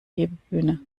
hebebühne